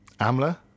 amla